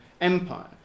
Empire